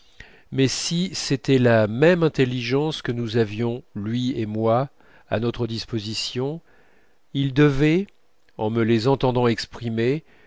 mais si c'était la même intelligence que nous avions lui et moi à notre disposition il devait en me les entendant exprimer